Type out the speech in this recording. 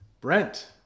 Brent